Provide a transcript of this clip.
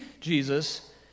Jesus